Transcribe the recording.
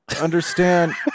understand